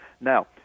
Now